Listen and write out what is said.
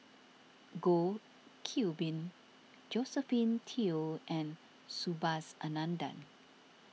Goh Qiu Bin Josephine Teo and Subhas Anandan